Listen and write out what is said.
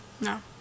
No